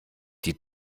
die